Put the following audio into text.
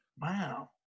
wow